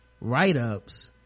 write-ups